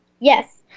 Yes